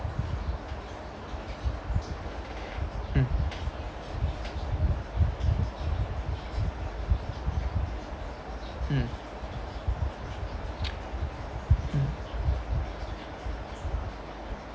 mm mm mm